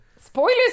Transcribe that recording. spoilers